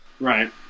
right